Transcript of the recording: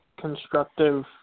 constructive